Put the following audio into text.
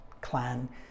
clan